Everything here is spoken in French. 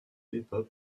bebop